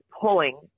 pulling